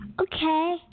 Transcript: Okay